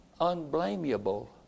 Unblameable